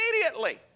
immediately